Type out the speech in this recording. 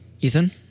Ethan